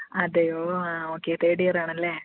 അതെയോ ആ okay third ഇയറാണല്ലേ